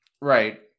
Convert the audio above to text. right